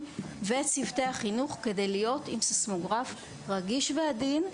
ואת צוותי החינוך כדי להיות עם סיסמוגרף רגיש ועדין.